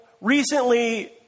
Recently